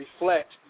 reflect